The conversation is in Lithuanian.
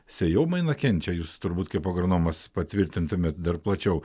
sėjomaina kenčia jūs turbūt kaip agronomas patvirtintumėt dar plačiau